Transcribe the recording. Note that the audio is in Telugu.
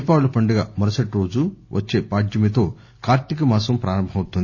దీపావళి పండుగ మరుసటి రోజు వచ్చే పాడ్యమితో కార్తీక మాసం ప్రారంభమవుతోంది